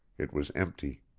it was empty.